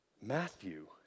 Matthew